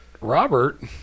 Robert